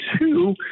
two